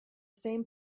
same